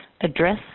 address